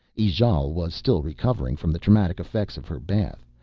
ijale was still recovering from the traumatic effects of her bath,